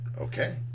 Okay